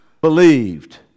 believed